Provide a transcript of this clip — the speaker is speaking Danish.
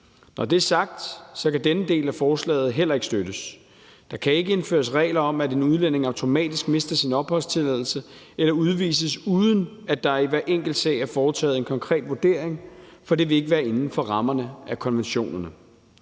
Når det er sagt, kan denne del af forslaget heller ikke støttes. Der kan ikke indføres regler om, at en udlænding automatisk mister sin opholdstilladelse eller udvises, uden at der i hver enkelt sag er foretaget en konkret vurdering, for det vil ikke være inden for rammerne af konventionerne.